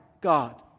God